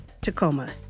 Tacoma